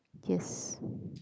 yes